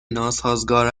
ناسازگار